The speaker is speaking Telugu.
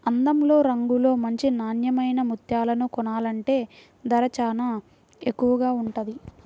అందంలో, రంగులో మంచి నాన్నెమైన ముత్యాలను కొనాలంటే ధర చానా ఎక్కువగా ఉంటది